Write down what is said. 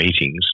meetings